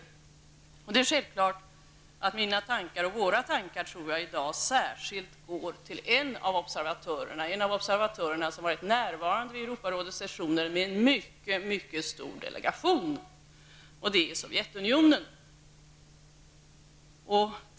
Det är självklart att våra tankar i dag går särskilt till en av observatörerna som har varit närvarande vid Europarådets sessioner med en mycket stor delegation. Det är Sovjetunionen.